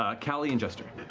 ah cali and jester.